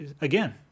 again